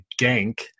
gank